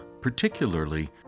particularly